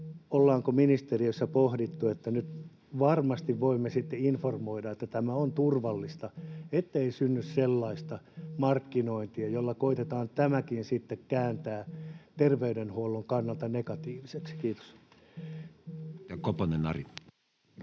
ollaanko ministeriössä pohdittu sitä, että nyt varmasti voimme sitten informoida, että tämä on turvallista, ettei synny sellaista markkinointia, jolla koetetaan tämäkin sitten kääntää terveydenhuollon kannalta negatiiviseksi? — Kiitos. [Speech